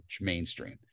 mainstream